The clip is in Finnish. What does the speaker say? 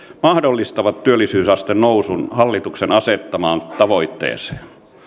mahdollistavat työllisyysasteen nousun hallituksen asettamaan tavoitteeseen